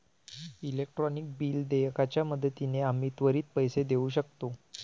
electronic bill देयकाच्या मदतीने आम्ही त्वरित पैसे देऊ शकतो